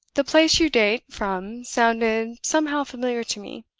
the place you date from sounded somehow familiar to me.